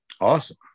Awesome